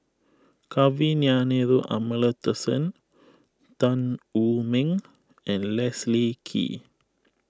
Kavignareru Amallathasan Tan Wu Meng and Leslie Kee